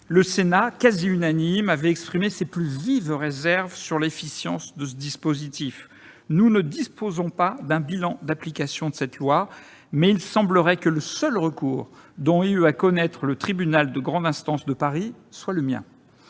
Le Sénat quasi unanime avait exprimé ses plus vives réserves sur l'efficience de ce dispositif. Nous ne disposons pas d'un bilan d'application de cette loi, mais il semblerait que le seul recours dont ait eu à connaître le tribunal de grande instance de Paris soit le mien